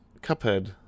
Cuphead